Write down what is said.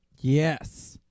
Yes